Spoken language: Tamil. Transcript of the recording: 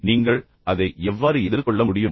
இப்போது நீங்கள் அதை எவ்வாறு எதிர்கொள்ள முடியும்